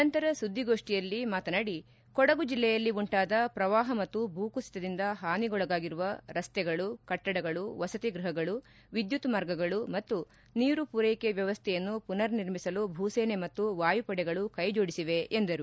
ನಂತರ ಸುದ್ವಿಗೋಷ್ಠಿಯಲ್ಲಿ ಅವರು ಕೊಡಗು ಜಿಲ್ಲೆಯಲ್ಲಿ ಉಂಟಾದ ಪ್ರವಾಪ ಮತ್ತು ಭೂಕುಸಿತದಿಂದ ಹಾನಿಗೊಳಗಾಗಿರುವ ರಸ್ತೆಗಳು ಕಟ್ಟಡಗಳು ವಸತಿ ಗೃಹಗಳು ವಿದ್ಯುತ್ ಮಾರ್ಗಗಳು ಮತ್ತು ನೀರು ಪೂರೈಕೆ ವ್ಯವಸ್ಥೆಯನ್ನು ಪುನರ್ ನಿರ್ಮಿಸಲು ಭೂಸೇನೆ ಮತ್ತು ವಾಯುಪಡೆಗಳು ಕೈಜೋಡಿಸಿವೆ ಎಂದರು